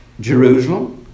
Jerusalem